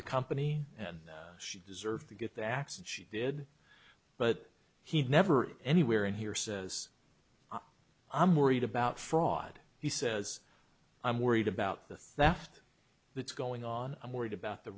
the company and she deserved to get the axe and she did but he never anywhere in here says i'm worried about fraud he says i'm worried about the theft that's going on i'm worried about the